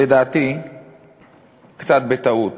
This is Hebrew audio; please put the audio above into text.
לדעתי קצת בטעות,